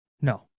no